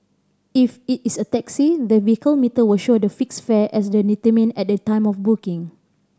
if it is a taxi the vehicle meter will show the fixed fare as the determined at the time of booking